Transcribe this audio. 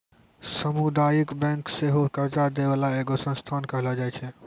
समुदायिक बैंक सेहो कर्जा दै बाला एगो संस्थान कहलो जाय छै